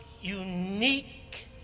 unique